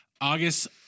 August